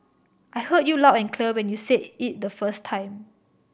I heard you loud and clear when you said it the first time